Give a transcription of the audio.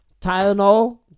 Tylenol